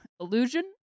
illusion